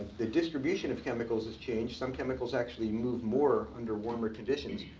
the distribution of chemicals has changed, some chemicals actually move more under warmer conditions.